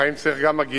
שבחיים גם צריך הגינות.